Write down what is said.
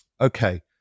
Okay